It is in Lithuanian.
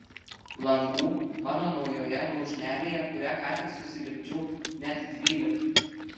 langų mano naujoje lūšnelėje kurią ką tik susilipdžiau net dvylika